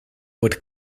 would